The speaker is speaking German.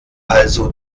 also